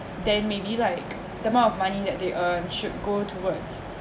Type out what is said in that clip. then maybe like the amount of money that they earn should go towards